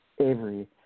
Avery